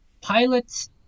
Pilot's